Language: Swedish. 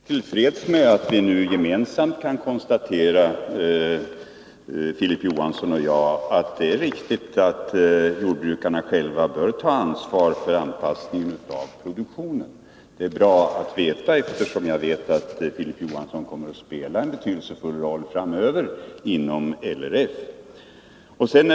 Herr talman! Jag är helt tillfreds med att nu kunna konstatera att Filip Johansson och jag är överens om att jordbrukarna själva bör ta ansvar för anpassningen av produktionen. Det är bra att veta det, eftersom Filip Johansson kommer att spela en betydelsefull roll framöver inom LRF.